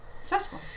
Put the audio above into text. stressful